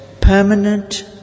permanent